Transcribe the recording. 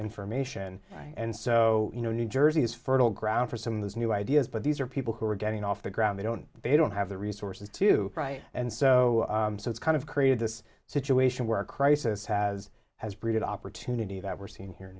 information and so you know new jersey is fertile ground for some of these new ideas but these are people who are getting off the ground they don't they don't have the resources to do and so so it's kind of created this situation where a crisis has has brought it opportunity that we're seeing here in